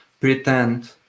pretend